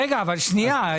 רגע, אבל שנייה.